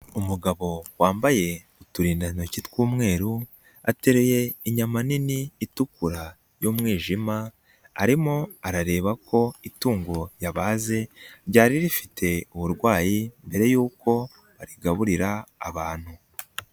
Umugabo wambaye uturindantoki tw'umweru, ateruye inyama nini itukura y'umwijima, arimo arareba ko itungo yabaze ryari rifite uburwayi mbere yuko arigaburira abantu.